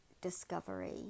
discovery